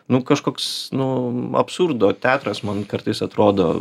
nu kažkoks nu absurdo teatras man kartais atrodo